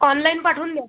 online पाठवून द्या